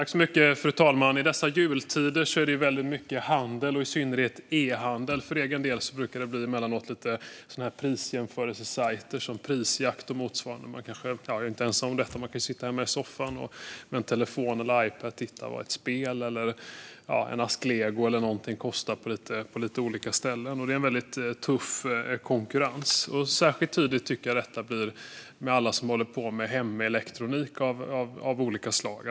Fru talman! I dessa jultider är det väldigt mycket handel, i synnerhet ehandel. För egen del brukar det emellanåt bli prisjämförelsesajter som Prisjakt och motsvarande. Jag är nog inte ensam om detta. Man kan sitta hemma i soffan med en telefon eller en Ipad och titta vad ett spel, en ask lego eller någonting kostar på lite olika ställen. Det är väldigt tuff konkurrens. Särskilt tydligt tycker jag att detta blir med alla som håller på med hemelektronik av olika slag.